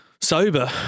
Sober